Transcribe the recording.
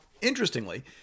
interestingly